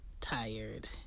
tired